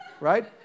Right